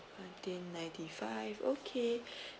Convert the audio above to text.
nineteen ninety five okay